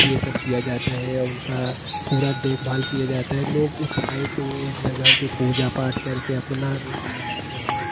ये सब किया जाता हे उनका पूरा देखभाल किया जाता है लोग उत्साहित उस जगह पे पूजा पाठ करके अपना मनाते हैं